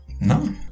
No